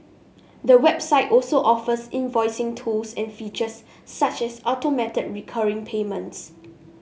the website also offers invoicing tools and features such as automated recurring payments